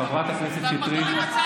חברת הכנסת שטרית.